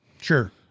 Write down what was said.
Sure